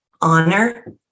honor